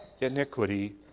iniquity